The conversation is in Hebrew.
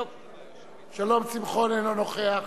אינו נוכח